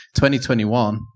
2021